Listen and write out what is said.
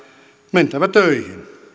mentävä töihin